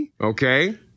Okay